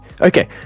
Okay